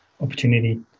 opportunity